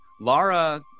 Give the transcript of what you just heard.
Laura